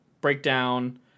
breakdown